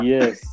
Yes